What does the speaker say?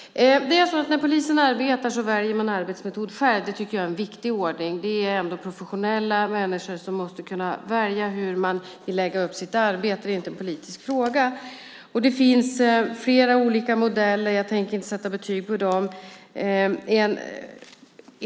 När polisen arbetar väljer man arbetsmetod själv. Det tycker jag är en viktig ordning. Det är ändå professionella människor som måste kunna välja hur man vill lägga upp sitt arbete. Det är inte en politisk fråga. Det finns flera olika modeller, och jag tänker inte sätta betyg på dem.